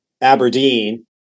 Aberdeen